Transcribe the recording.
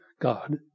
God